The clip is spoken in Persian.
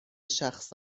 شخص